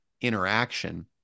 interaction